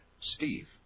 Steve